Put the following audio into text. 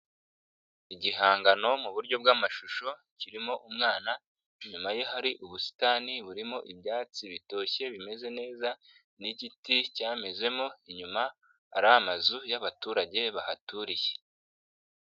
Igihangano mu buryo bw'amashusho kirimo umwana, inyuma ye hari ubusitani burimo ibyatsi bitoshye bimeze neza n'igiti cyamezemo, inyuma hari amazu y'abaturage bahaturiye.